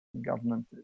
government